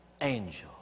angel